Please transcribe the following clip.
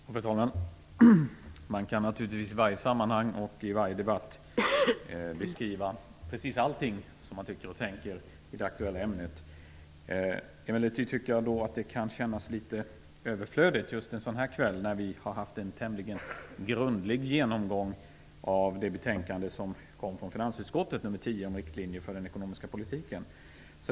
Fru talman! Man kan naturligtvis i varje sammanhang och i varje debatt beskriva precis allting som man tycker och tänker i det aktuella ämnet. Emellertid tycker jag att det kan kännas litet överflödigt just en sådan här kväll, när vi har haft en tämligen grundlig genomgång av det betänkande som kom från finansutskottet - nr 10, om riktlinjer för den ekonomiska politiken.